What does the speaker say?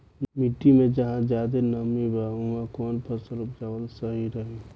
मिट्टी मे जहा जादे नमी बा उहवा कौन फसल उपजावल सही रही?